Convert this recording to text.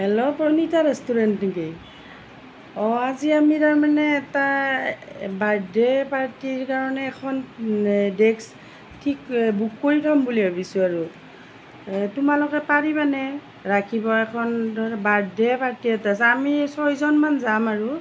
hello Pranita restaurant নেকি অঁ আজি আমি তাৰমানে এটা বাৰ্থডে পাৰ্টিৰ কাৰণে এখন ডেক্স ঠিক বুক কৰি থ'ম বুলি ভাৱিছোঁ আৰু তোমালোকে পাৰিবানে ৰাখিব এখন বাৰ্থডে পাৰ্টি এটা আছে আমি ছয়জন মান যাম আৰু